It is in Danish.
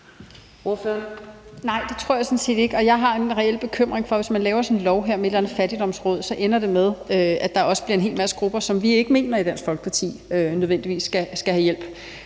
Nej, det tror jeg sådan set ikke, og jeg har en reel bekymring for, at hvis man laver sådan en lov med et eller andet fattigdomsråd, ender det med, at der også bliver en hel masse grupper, som vi i Dansk Folkeparti ikke mener nødvendigvis skal have hjælp,